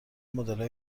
مدلهای